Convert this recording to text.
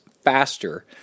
faster